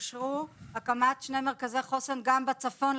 אושרה הקמת שני מרכזי חוסן גם בצפון,